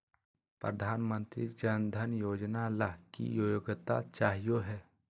प्रधानमंत्री जन धन योजना ला की योग्यता चाहियो हे?